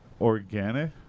organic